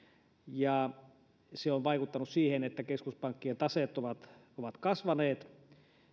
ja se on vaikuttanut siihen että keskuspankkien taseet ovat ovat kasvaneet